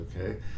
okay